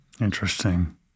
Interesting